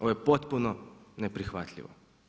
Ovo je potpuno neprihvatljivo.